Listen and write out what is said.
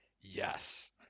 Yes